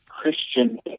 Christian